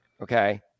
Okay